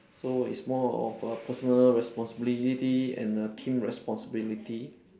so it's more of a personal responsibility and a team responsibility